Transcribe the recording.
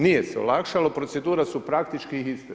Nije se olakšalo, procedure su praktički iste.